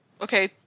okay